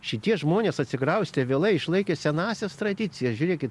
šitie žmonės atsikraustė vėlai išlaikė senąsias tradicijas žiūrėkit